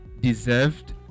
deserved